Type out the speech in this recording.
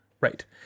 Right